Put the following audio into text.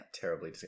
Terribly